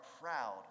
proud